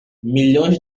milhões